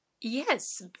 Yes